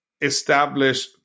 establish